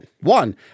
one